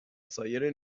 سایر